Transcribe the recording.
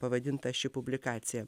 pavadinta ši publikacija